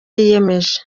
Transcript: yiyemeje